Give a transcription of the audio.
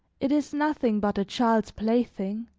it is nothing but a child's plaything,